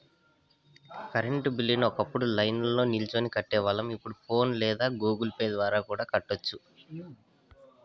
current బిల్లుని ఒకప్పుడు లైన్ల్నో నిల్చొని కట్టేవాళ్ళం, ఇప్పుడు ఫోన్ పే లేదా గుగుల్ పే ద్వారా కూడా కట్టొచ్చు